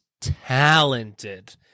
talented